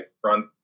front